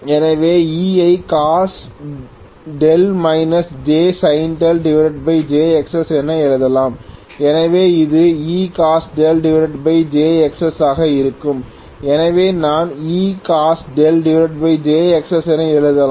எனவே E இதை cos jsin jXs என்று எழுதலாம் எனவே இது jXsஆக இருக்கும் எனவே நான் jXs என எழுதலாம்